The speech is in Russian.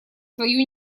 свою